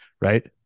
right